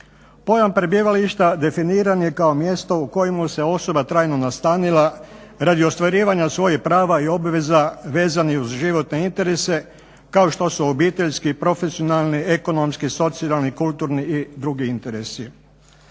Pojam prebivališta definiran je kao mjesto u kojemu se osoba trajno nastanila radi ostvarivanja svojih prava i obveza vezanih uz životne interese kao što su obiteljski, profesionalni, ekonomski, socijalni, kulturni i drugi interesi.